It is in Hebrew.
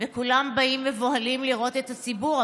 וכולם באים מבוהלים לראות את הציפור.